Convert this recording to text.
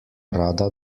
rada